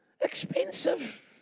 expensive